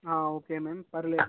okay ma'am పర్లేదు